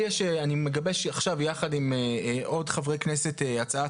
אני מגבש עכשיו יחד עם עוד חברי כנסת הצעת